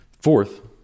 Fourth